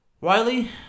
Wiley